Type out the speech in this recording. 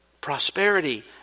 Prosperity